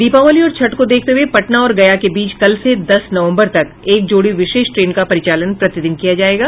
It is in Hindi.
दीपावली और छठ को देखते हये पटना और गया के बीच कल से दस नवंबर तक एक जोड़ी विशेष ट्रेन का परिचालन प्रति दिन किया जायेगा